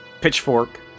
pitchfork